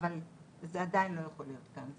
אבל זה עדיין לא יכול להיות כאן.